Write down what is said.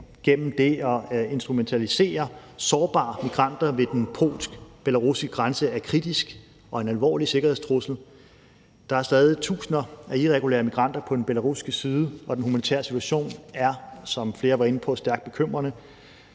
gennem at instrumentalisere sårbare migranter ved den polsk-belarussiske grænse er kritisk og en alvorlig sikkerhedstrussel. Der er stadig tusinder af irregulære migranter på den belarussiske side, og den humanitære situation er, som flere har været inde på, stærkt bekymrende.